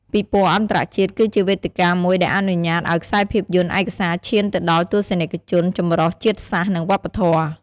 ពិព័រណ៍អន្តរជាតិ គឺជាវេទិកាមួយដែលអនុញ្ញាតឱ្យខ្សែភាពយន្តឯកសារឈានទៅដល់ទស្សនិកជនចម្រុះជាតិសាសន៍ និងវប្បធម៌។